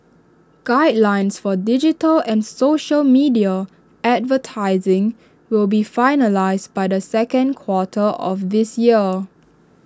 guidelines for digital and social media advertising will be finalised by the second quarter of this year